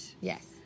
Yes